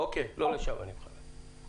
ניסיתי להתאפק ובסוף ברח לי.